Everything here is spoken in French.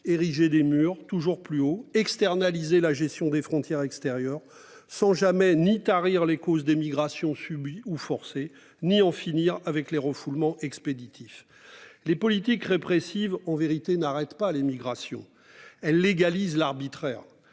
ériger des murs toujours plus haut externaliser la gestion des frontières extérieures sans jamais ni tarir les causes des migrations subi ou forcer ni en finir avec les refoulements expéditifs les politiques répressives en vérité n'arrête pas les migrations elle légalise l'arbitraire